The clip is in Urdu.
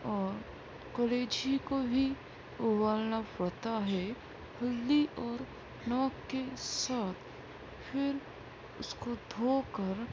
اور کلیجی کو بھی ابالنا پڑتا ہے ہلدی اور نمک کے ساتھ پھر اس کو دھو کر